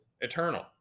eternal